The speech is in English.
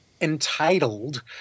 entitled